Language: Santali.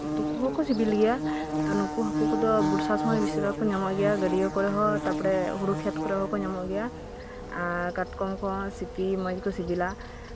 ᱩᱛᱩ ᱦᱚᱸᱠᱚ ᱥᱤᱵᱤᱞ ᱜᱮᱭᱟ ᱱᱩᱠᱩ ᱦᱟᱹᱠᱩ ᱫᱚ ᱵᱚᱨᱥᱟ ᱥᱚᱢᱚᱭ ᱵᱮᱥᱤᱨ ᱵᱷᱟᱜ ᱠᱚ ᱧᱟᱢᱚᱜ ᱜᱮᱭᱟ ᱜᱟᱹᱰᱭᱟᱹ ᱠᱚᱨᱮ ᱦᱚᱸ ᱛᱟᱨᱯᱚᱨᱮ ᱦᱩᱲᱩ ᱠᱷᱮᱛ ᱠᱚᱨᱮ ᱠᱚ ᱧᱟᱢᱚᱜ ᱜᱮᱭᱟ ᱠᱟᱴᱠᱚᱢ ᱠᱚ ᱥᱤᱯᱤ ᱢᱚᱸᱡ ᱜᱮᱠᱚ ᱥᱤᱵᱤᱞᱟ